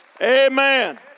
Amen